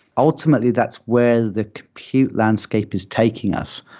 ultimately, that's where the compute landscape is taking us.